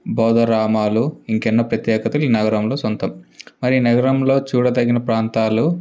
బౌద్ధ రామాలు ఇంకా ఎన్నో ప్రత్యేకతలు ఈ నగరంలో సొంతం మరి ఈ నగరంలో చూడదగిన ప్రాంతాలు